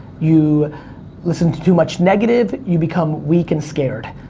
you listen to too much negative, you become weak and scared.